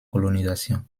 colonisation